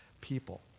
people